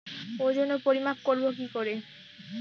ওজন ও পরিমাপ করব কি করে?